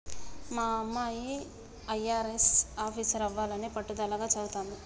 మా అమ్మాయి అయ్యారెస్ ఆఫీసరవ్వాలని పట్టుదలగా చదవతాంది